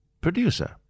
producer